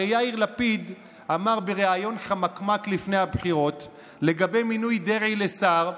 הרי יאיר לפיד אמר בריאיון חמקמק לפני הבחירות לגבי מינוי דרעי לשר: